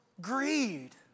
greed